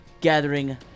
Gathering